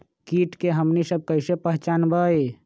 किट के हमनी सब कईसे पहचान बई?